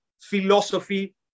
philosophy